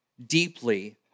Deeply